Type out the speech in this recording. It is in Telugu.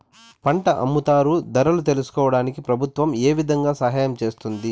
పంట అమ్ముతారు ధరలు తెలుసుకోవడానికి ప్రభుత్వం ఏ విధంగా సహాయం చేస్తుంది?